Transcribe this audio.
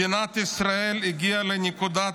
מדינת ישראל הגיעה לנקודה הכרעה.